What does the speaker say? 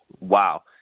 Wow